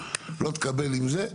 לא תקבל עם זה.